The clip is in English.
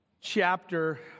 chapter